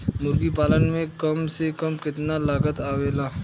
मुर्गी पालन में कम से कम कितना लागत आवेला?